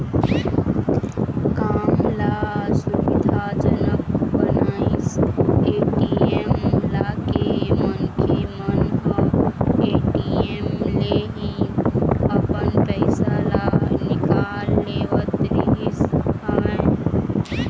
काम ल सुबिधा जनक बनाइस ए.टी.एम लाके मनखे मन ह ए.टी.एम ले ही अपन पइसा ल निकाल लेवत रिहिस हवय